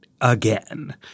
Again